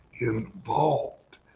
involved